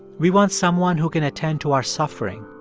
we want someone who can attend to our suffering,